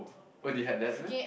oh they had that meh